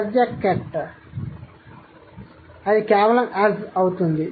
Ez ek et కాబట్టి అది కేవలం az అవుతుంది